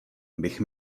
bych